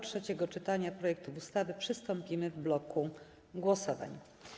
Do trzeciego czytania projektu ustawy przystąpimy w bloku głosowań.